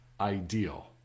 ideal